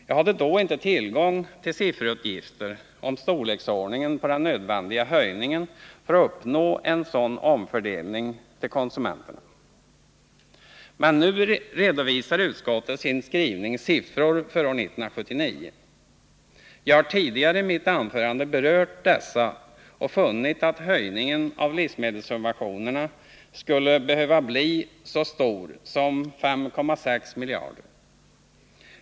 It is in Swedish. Jag hade då inte tillgång till sifferuppgifter om storleksordningen på den nödvändiga höjningen för att uppnå en sådan återföring till konsumenterna, men nu redovisar utskottet i sin skrivning siffror för år 1979. Jag har tidigare i mitt anförande berört dessa och funnit att höjningen av livsmedelssubventionerna skulle behöva bli så stor som 5,6 miljarder.